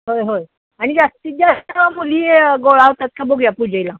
होय होय आणि जास्तीत जास्त मुली गोळा होतात का बघूया पुजेला